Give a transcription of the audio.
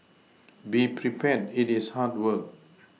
be prepared it is hard work